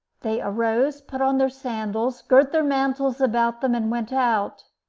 they arose, put on their sandals, girt their mantles about them, and went out.